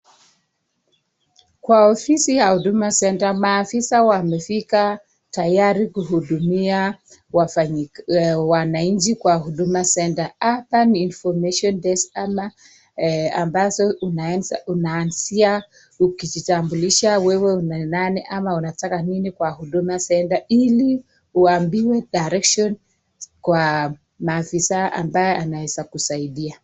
Kwa ofisi ya Huduma Center maafisa wamefika tayari kuhudumia wananchi kwa Huduma Center. Hapa ni information desk ama ambazo unaanzia ukijitambulisha wewe ni nani ama unataka nini kwa Huduma Center ili uambiwe direction kwa maafisa ambaye anaweza kukusaidia.